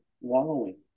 wallowing